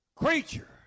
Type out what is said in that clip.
creature